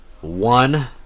one